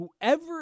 Whoever